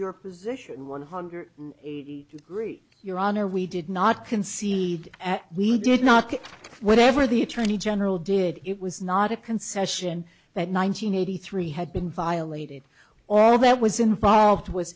your position one hundred three your honor we did not concede we did not get whatever the attorney general did it was not a concession that nine hundred eighty three had been violated all that was involved w